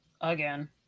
again